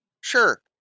Sure